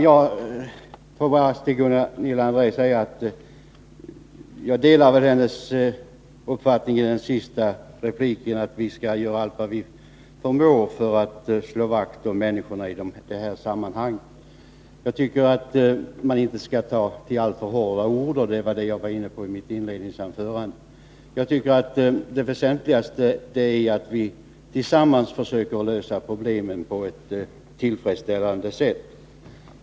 Herr talman! Jag delar den uppfattning som Gunilla André gav uttryck åt i sin senaste replik, att vi skall göra allt vad vi förmår för att slå vakt om människorna i sammanhanget. Jag tycker att man inte skall ta till alltför hårda ord. Det var detta jag var inne på i mitt inledningsanförande. Det väsentligaste är att vi tillsammans försöker lösa problemen på ett tillfredsställande sätt.